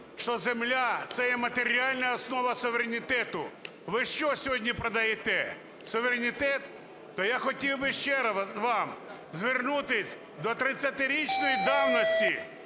що земля – це є матеріальна основа суверенітету. Ви що сьогодні продаєте – суверенітет? То я хотів би ще раз звернутися до 30-річної давності,